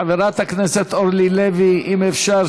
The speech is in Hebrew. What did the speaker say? חברת הכנסת אורלי לוי, אם אפשר